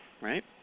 right